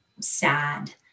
sad